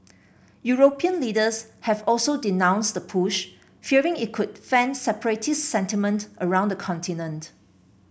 European leaders have also denounced the push fearing it could fan separatist sentiment around the continent